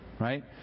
right